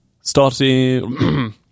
starting